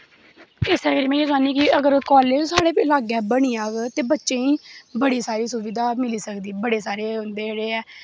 इस्सै करी में चांह्नी कि कालेज साढ़ै लाग्गै बनी जाह्ग ते बच्चें गी बड़ी सारी सुविधा मिली सकदी ऐ बड़ी सारी जेह्ड़ी ऐ